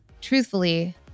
truthfully